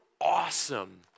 awesome